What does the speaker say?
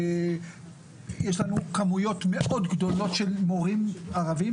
יש לנו כמויות מאוד גדולות של מורים ערבים.